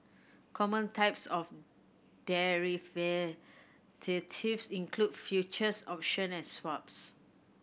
common types of include futures option and swaps